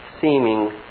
seeming